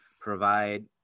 provide